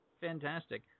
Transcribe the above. Fantastic